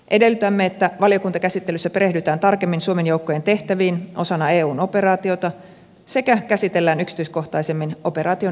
edellytämme että valiokuntakäsittelyssä perehdytään tarkemmin suomen joukkojen tehtäviin osana eun operaatiota sekä käsitellään yksityiskohtaisemmin operaatioon liittyviä riskejä